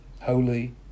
holy